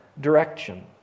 direction